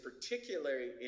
particularly